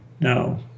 No